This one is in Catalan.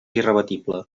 irrebatible